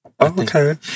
Okay